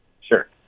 Sure